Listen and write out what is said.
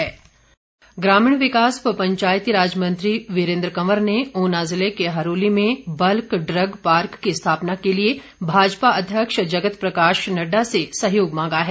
वीरेन्द्र कंवर ग्रामीण विकास व पंचायती राज मंत्री वीरेन्द्र कंवर ने ऊना जिले के हरोली में बल्क ड्रग पार्क की स्थापना के लिए भाजपा अध्यक्ष जगत प्रकाश नड्डा से सहयोग मांगा है